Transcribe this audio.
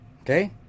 Okay